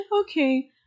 Okay